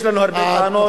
יש לנו הרבה טענות,